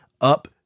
Up